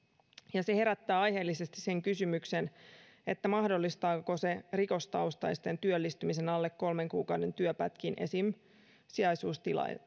ja se herättää aiheellisesti sen kysymyksen mahdollistaako se rikostaustaisten työllistymisen alle kolmen kuukauden työpätkiin esimerkiksi sijaisuustilanteissa